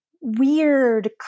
weird